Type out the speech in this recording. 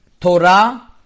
Torah